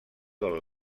del